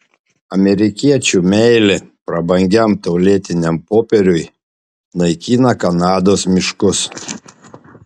amerikiečių meilė prabangiam tualetiniam popieriui naikina kanados miškus